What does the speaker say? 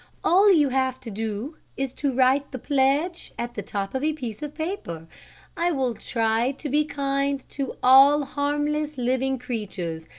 all you have to do is to write the pledge at the top of a piece of paper i will try to be kind to all harmless living creatures,